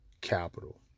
capital